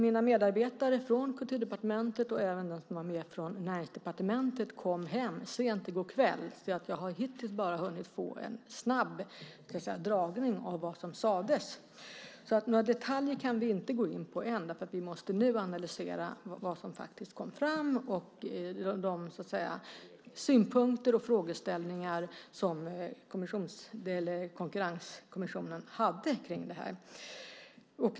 Mina medarbetare från Kulturdepartementet och även de som var med från Näringsdepartementet som var med kom hem sent i går kväll så jag har hittills bara hunnit få en snabb dragning av vad som sades. Några detaljer kan vi därför inte ännu gå in på. Vi måste nu analysera vad som faktiskt kom fram och de synpunkter och frågeställningar som Konkurrenskommissionen hade kring det här.